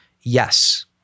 yes